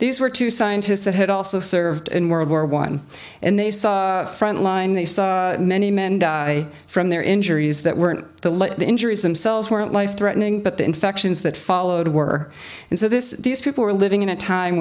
these were two scientists that had also served in world war one and they saw frontline they saw many men die from their injuries that were in the leg injuries themselves weren't life threatening but the infections that followed were and so this these people are living in a time